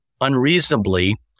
unreasonably